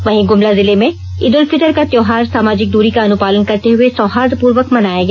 वहीं गुमला जिले में ईद उल फितर का त्योहार सामाजिक दूरी का अनुपालन करते हुए सौहार्द पूर्वक मनाया गया